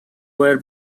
were